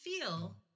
feel